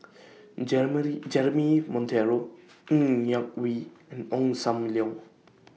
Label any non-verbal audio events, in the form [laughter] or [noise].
[unintelligible] Jeremy Monteiro Ng Yak Whee and Ong SAM Leong